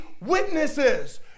witnesses